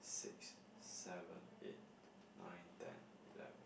six seven eight nine ten eleven twelve